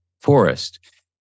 forest